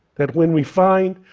that when we find,